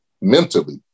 mentally